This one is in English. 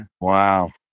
Wow